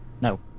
No